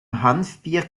hanfbier